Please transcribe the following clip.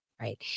right